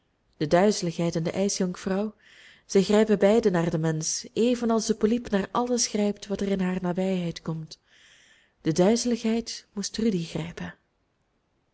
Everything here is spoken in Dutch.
de duizeligheid en de ijsjonkvrouw zij grijpen beiden naar den mensch evenals de poliep naar alles grijpt wat er in haar nabijheid komt de duizeligheid moest rudy grijpen